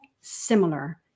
similar